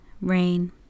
rain